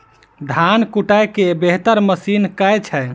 धान कुटय केँ बेहतर मशीन केँ छै?